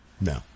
no